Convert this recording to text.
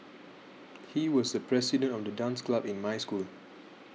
he was the president of the dance club in my school